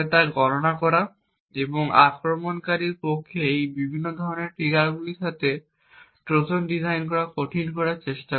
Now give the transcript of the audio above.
তা গণনা করা এবং আক্রমণকারীর পক্ষে এই বিভিন্ন ধরণের ট্রিগারগুলির সাথে ট্রোজান ডিজাইন করা কঠিন করার চেষ্টা করা